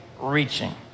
reaching